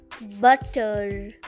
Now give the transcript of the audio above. butter